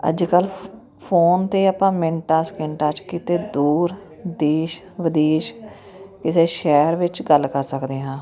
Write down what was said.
ਅੱਜ ਕੱਲ੍ਹ ਫ ਫੋਨ 'ਤੇ ਆਪਾਂ ਮਿੰਟਾਂ ਸਕਿੰਟਾਂ 'ਚ ਕਿਤੇ ਦੂਰ ਦੇਸ਼ ਵਿਦੇਸ਼ ਕਿਸੇ ਸ਼ਹਿਰ ਵਿੱਚ ਗੱਲ ਕਰ ਸਕਦੇ ਹਾਂ